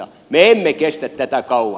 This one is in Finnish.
me emme kestä tätä kauan